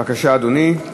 בבקשה, אדוני.